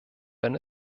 wenn